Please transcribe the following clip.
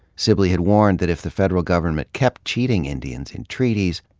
sibley had warned that if the federal government kept cheating indians in treaties,